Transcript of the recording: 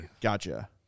Gotcha